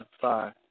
five